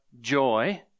joy